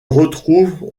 retrouve